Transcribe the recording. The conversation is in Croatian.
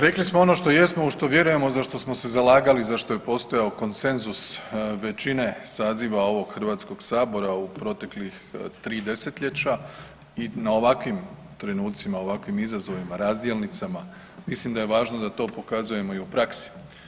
Rekli smo ono što jesmo u što vjerujemo za što smo se zalagali, za što je postojao konsenzus većine sazive ovog Hrvatskog sabora u proteklih 3 desetljeća i na ovakvim trenucima, ovakvim izazovima, razdjelnicama mislim da je važno da to pokazujemo i u praksi.